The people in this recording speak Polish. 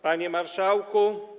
Panie Marszałku!